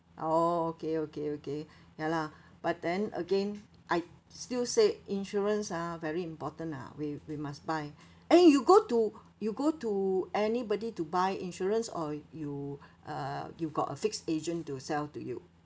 oh okay okay okay ya lah but then again I still say insurance ah very important lah we we must buy eh you go to you go to anybody to buy insurance or you uh you got a fixed agent to sell to you